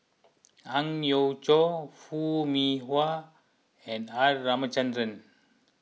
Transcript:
Ang Yau Choon Foo Mee Har and R Ramachandran